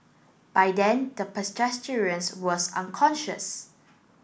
by then the was unconscious